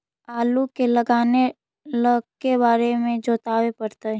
आलू के लगाने ल के बारे जोताबे पड़तै?